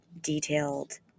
detailed